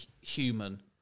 human